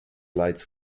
lights